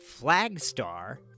Flagstar